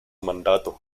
mandato